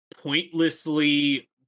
pointlessly